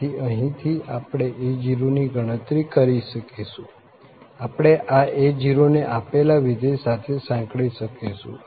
આથી અહીં થી આપણે a0 ની ગણતરી કરી શકીશું આપણે આ a0 ને આપેલા વિધેય સાથે સાંકળી શકીશું